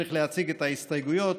את ההסתייגויות.